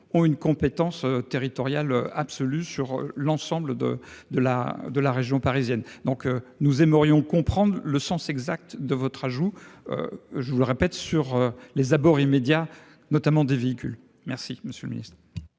ont une compétence territoriale absolu sur l'ensemble de de la de la région parisienne, donc nous aimerions comprendre le sens exact de votre âge ou. Je vous le répète, sur les abords immédiats, notamment des véhicules. Merci Monsieur le Ministre.